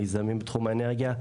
מיזמים בתחום האנרגיה,